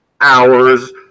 hours